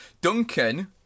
Duncan